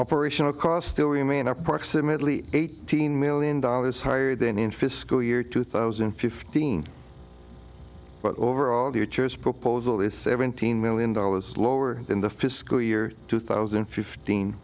operational cost still remain approximately eighteen million dollars higher than in fiscal year two thousand and fifteen but overall the h s proposal is seventeen million dollars lower than the fiscal year two thousand and fifteen